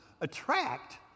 attract